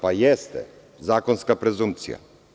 Pa, jeste, zakonska prezunkcija.